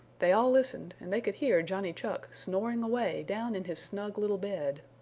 they all listened and they could hear johnny chuck snoring away down in his snug little bed.